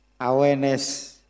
awareness